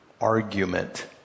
argument